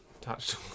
Touched